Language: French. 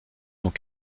sont